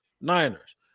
Niners